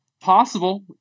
Possible